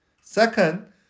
Second